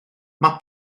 mae